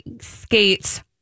skates